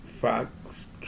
fox